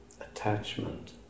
attachment